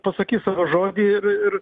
pasakys žodį ir